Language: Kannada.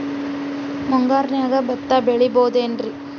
ಮುಂಗಾರಿನ್ಯಾಗ ಭತ್ತ ಬೆಳಿಬೊದೇನ್ರೇ?